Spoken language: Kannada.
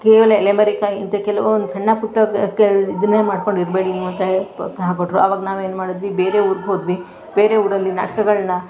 ಕೇವಲ ಎಲೆಮರೆಕಾಯಿ ಅಂತೆ ಕೆಲವೊಂದು ಸಣ್ಣ ಪುಟ್ಟ ಕ್ ಕ್ ಇದನ್ನೇ ಮಾಡ್ಕೊಂಡಿರಬೇಡಿ ನೀವು ಅಂತ ಹೇಳಿ ಪ್ರೋತ್ಸಾಹ ಕೊಟ್ಟರು ಆವಾಗ ನಾವೇನು ಮಾಡಿದ್ವಿ ಬೇರೆ ಊರಿಗೆ ಹೋದ್ವಿ ಬೇರೆ ಊರಲ್ಲಿ ನಾಟಕಗಳ್ನ